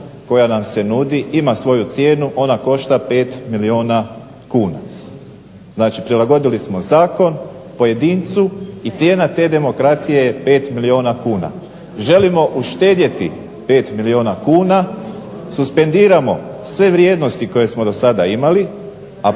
koja nam se nudi ima svoju cijenu. Ona košta za 5 milijuna kuna, znači prilagodili smo zakon pojedincu, i cijena te demokracije je 5 milijuna kuna. Želimo uštedjeti 5 milijuna kuna, suspendiramo sve vrijednosti koje smo do sada imali, a